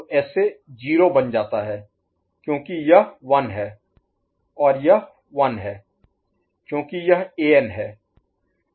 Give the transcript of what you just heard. तो एसए 0 बन जाता है क्योंकि यह 1 है और यह 1 है क्योंकि यह An है